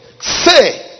say